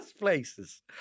places